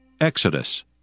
Exodus